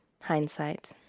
hindsight